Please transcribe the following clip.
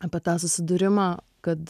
apie tą susidūrimą kad